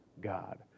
God